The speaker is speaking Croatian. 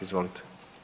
Izvolite.